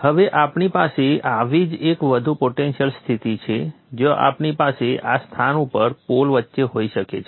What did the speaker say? હવે આપણી પાસે આવી જ એક વધુ પોટેન્શિયલ સ્થિતિ છે જ્યાં આપણી પાસે આ સ્થાન ઉપર પોલ વચ્ચે હોઈ શકે છે